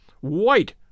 white